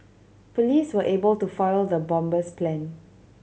police were able to foil the bomber's plan